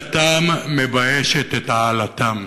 שקליטתם מביישת את העלאתם.